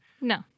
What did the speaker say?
no